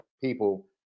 people